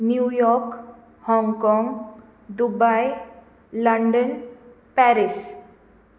New York Hong Kong Dubai London Paris